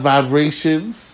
Vibrations